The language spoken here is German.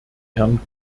herrn